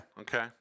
Okay